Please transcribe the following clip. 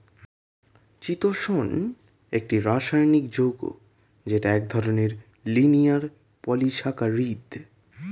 চিতোষণ একটি রাসায়নিক যৌগ যেটা এক ধরনের লিনিয়ার পলিসাকারীদ